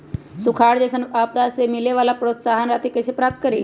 सुखार जैसन आपदा से मिले वाला प्रोत्साहन राशि कईसे प्राप्त करी?